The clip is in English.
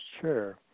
chair